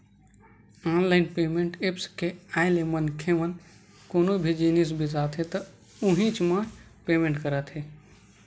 online payment apps के आए ले मनखे मन कोनो भी जिनिस बिसाथे त उहींच म पेमेंट करत हे